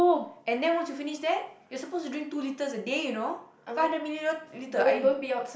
and then once you finish that you are supposed to drink to two litres a day you know five hundred millilitres are you